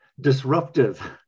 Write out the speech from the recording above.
disruptive